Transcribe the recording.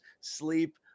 sleep